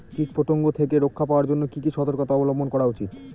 কীটপতঙ্গ থেকে রক্ষা পাওয়ার জন্য কি কি সর্তকতা অবলম্বন করা উচিৎ?